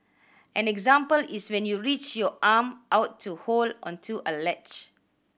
an example is when you reach your arm out to hold onto a ledge